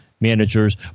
managers